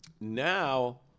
Now